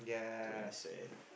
ya twenty cent